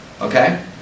okay